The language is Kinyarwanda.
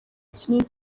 kinini